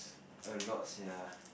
a lot sia